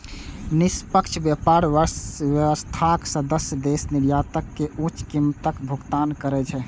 निष्पक्ष व्यापार व्यवस्थाक सदस्य देश निर्यातक कें उच्च कीमतक भुगतान करै छै